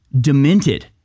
demented